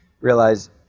realize